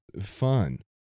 fun